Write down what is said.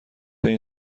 این